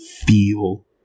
feel